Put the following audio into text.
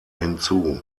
hinzu